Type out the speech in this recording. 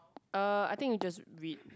uh I think you just read